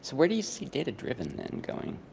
where do you see data-driven, then, going?